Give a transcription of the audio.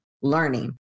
learning